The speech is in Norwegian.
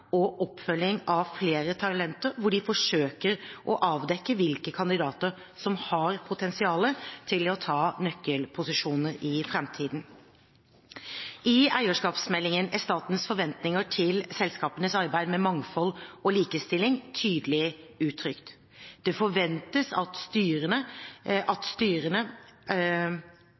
og oppfølging av flere talenter, hvor de forsøker å avdekke hvilke kandidater som har potensial til å ta nøkkelposisjoner i framtiden. I eierskapsmeldingen er statens forventninger til selskapenes arbeid med mangfold og likestilling tydelig uttrykt. Det forventes av styrene at